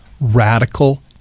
radical